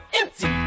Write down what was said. empty